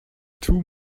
two